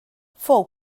fou